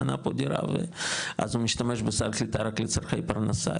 קנה פה דירה ואז הוא משתמש בסל קליטה רק לצרכי פרנסה.